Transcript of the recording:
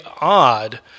odd